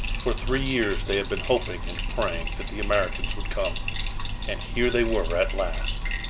for three years they had been hoping and praying that the americans would come and here they were at last!